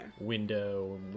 window